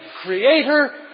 creator